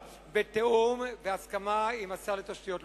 בתיאום ובהסכמה עם שר התשתיות הלאומיות.